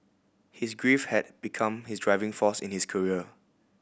his grief had become his driving force in his career